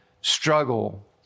struggle